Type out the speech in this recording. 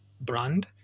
brand